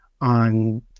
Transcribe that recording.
on